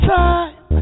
time